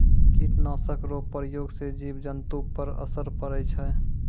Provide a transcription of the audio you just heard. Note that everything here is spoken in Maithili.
कीट नाशक रो प्रयोग से जिव जन्तु पर असर पड़ै छै